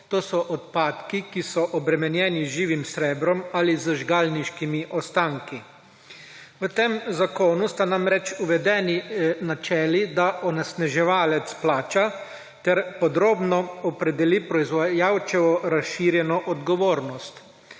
to so odpadki, ki so obremenjeni z živim srebrom ali z žgalniškimi ostanki? V tem zakonu sta namreč uvedeni načeli, da onesnaževalec plača ter podrobno opredeli proizvajalčevo razširjeno odgovornost.